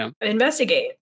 investigate